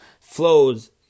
flows